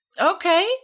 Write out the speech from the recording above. Okay